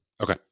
Okay